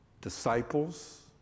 Disciples